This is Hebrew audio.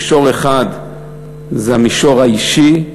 מישור אחד זה המישור האישי,